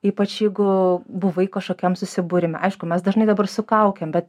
ypač jeigu buvai kažkokiam susibūrime aišku mes dažnai dabar su kaukėm bet